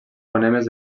fonemes